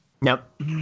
nope